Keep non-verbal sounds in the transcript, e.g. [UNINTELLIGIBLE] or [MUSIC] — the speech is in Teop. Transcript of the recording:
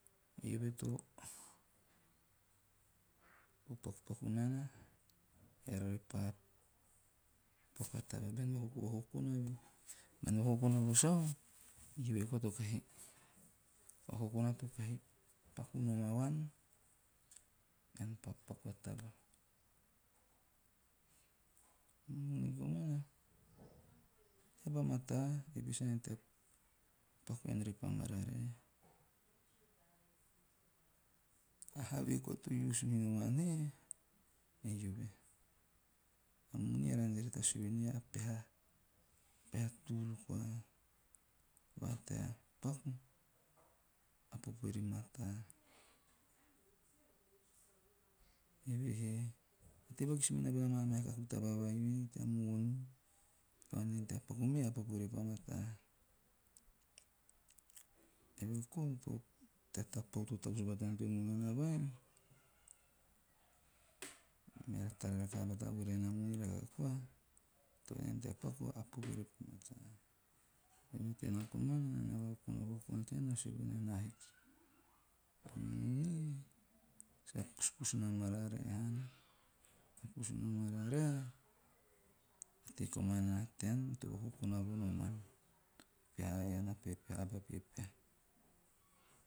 Eove to pakupaku nana eara repa paku a taba bona, o vakoko ve. Bean vakokona vo sau eave koa - o vakokona to kahi paku nom vuan tea paku a taba. Moni me a taba mataa eve he sa ante haana tea paku ean pa mararae. Have koa to use minom an e, eove. Moni eara na ante rara tea sue voen ei a peha tool koa va tea paku a popo re mataa. Evehe, tei vakis minana bona maa meha kaku taba vai me tea moni to ante nana tea paku me a popo repa mataa. Evehe kou, tea tapau to tavus batana teo munana vai, meara tara rakaho voraen a moni rakaha koa to ante nana tea paku a popo repa mataa. Tenaa koma ante tea paku a popo repa mataa. Eve he kou, tea tapau to tavus batana teo munana vai, meara tara rakaho voraen a moni rakaha koa to ante nana tea paku a popo repa mataa. Tena komana, o vakokona tena a na sue vonaen a hiki. A moni sa pusu na mararae haana. A pusu na mararae na tei komana nana tean to vakokona vo noman. Ean a pepeha [UNINTELLIGIBLE] mene tabae.